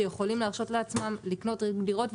שיכולים להרשות לעצמם לקנות היום דירות,